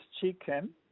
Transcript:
chicken